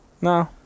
no